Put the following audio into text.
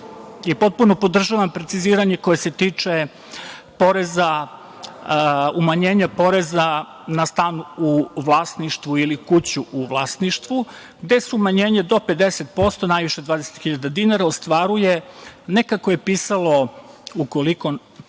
Potpuno podržavam preciziranje koje se tiče umanjenja poreza na stan u vlasništvu ili kuću u vlasništvu, gde se umanjenje do 50%, najviše 20.000 dinara, ostvaruje ne kako je pisalo – ukoliko